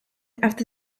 after